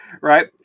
Right